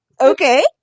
Okay